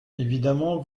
évidemment